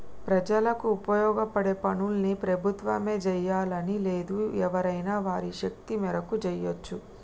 ప్రజలకు ఉపయోగపడే పనుల్ని ప్రభుత్వమే జెయ్యాలని లేదు ఎవరైనా వారి శక్తి మేరకు జెయ్యచ్చు